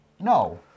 No